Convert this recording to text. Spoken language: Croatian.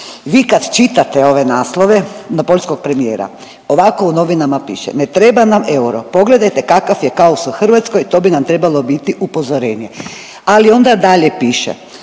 Vi kad čitate ove naslove poljskog premijera, ovako u novinama piše. „Ne treba nam euro, pogledajte kakav je kaos u Hrvatskoj, to bi nam trebalo biti upozorenje.“ Ali onda dalje piše